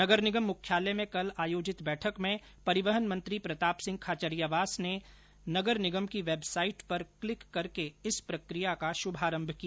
नगर निगम मुख्यालय में कल आयोजित बैठक में परिवहन मंत्री प्रताप सिंह खाचरियावास ने नगर निगम की वेबसाईट पर क्लिक करके इस प्रक्रिया का शुभारंभ किया